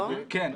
כן.